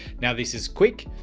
now this is quick,